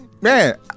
Man